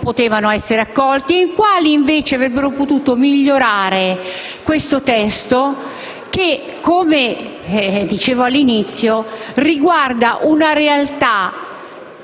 potevano essere accolti e quali invece avrebbero potuto migliorare questo testo che - come dicevo all'inizio - riguarda un problema